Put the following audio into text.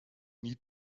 nie